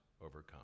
overcome